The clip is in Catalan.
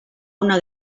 una